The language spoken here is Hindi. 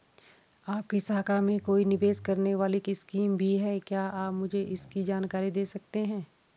आपकी शाखा में कोई निवेश करने वाली स्कीम भी है क्या आप मुझे इसकी जानकारी दें सकते हैं?